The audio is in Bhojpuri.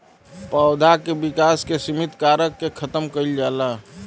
पौधा के विकास के सिमित कारक के खतम कईल जाला